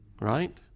right